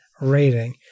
rating